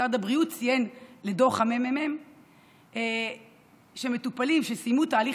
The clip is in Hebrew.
משרד הבריאות ציין בדוח הממ"מ שמטופלים שסיימו תהליך